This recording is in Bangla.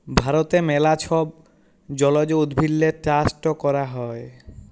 ভারতে ম্যালা ছব জলজ উদ্ভিদেরলে চাষট ক্যরা হ্যয়